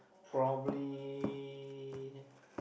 probably